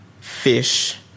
fish